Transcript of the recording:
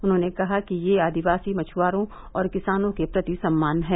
उन्होंने कहा कि यह आदिवासी मछुआरों और किसानों के प्रति सम्मान है